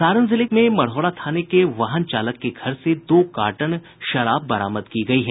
सारण जिले में मढ़ौरा थाने के वाहन चालक के घर से दो कार्टन शराब बरामद की गई है